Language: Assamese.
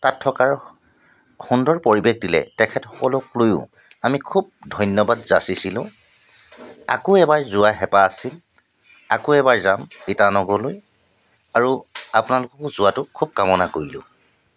তাত থকাৰ সুন্দৰ পৰিৱেশ দিলে তেখেতসকলক লৈয়ো আমি খুব ধন্যবাদ যাচিছিলোঁ আকৌ এবাৰ যোৱা হেঁপাহ আছিল আকৌ এবাৰ যাম ইটানগৰলৈ আৰু আপোনালোককো যোৱাটো খুব কামনা কৰিলোঁ